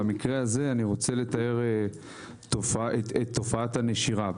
במקרה הזה אני רוצה לתאר את תופעת הנשירה.